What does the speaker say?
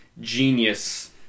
genius